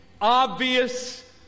obvious